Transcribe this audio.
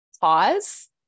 pause